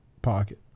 pocket